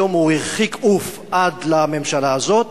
היום הוא הרחיק עוף עד לממשלה הזאת